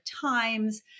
times